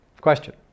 Question